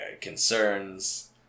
concerns